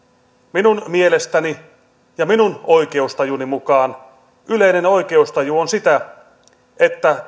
minun mielestäni ja minun oikeustajuni mukaan yleinen oikeustaju on sitä että